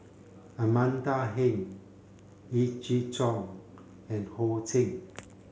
Amanda Heng Yee Jenn Jong and Ho Ching